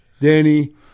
Danny